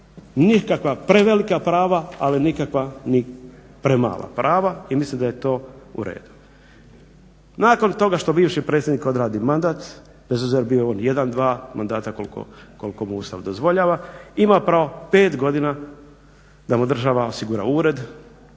Nikakva prevelika prava, ali nikakva ni premala prava i mislim da je to u redu. Nakon toga što bivši predsjednik odradi mandat, bez obzira bio on 1, 2 mandata koliko mu Ustav dozvoljava ima pravo 5 godina da mu država osigura ured,